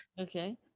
Okay